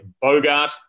Bogart